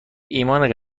ایمان